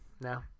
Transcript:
No